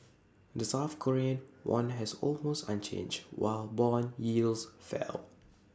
the south Korean won has almost unchanged while Bond yields fell